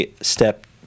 step